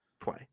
play